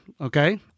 okay